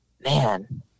man